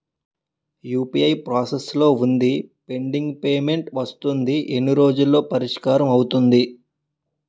UPI process లో వుందిపెండింగ్ payment వస్తుంది ఎన్ని రోజుల్లో పరిష్కారం అవుతుంది